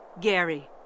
Gary